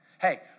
Hey